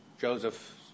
Joseph